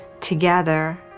together